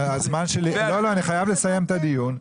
אני חייב לסיים את הדיון.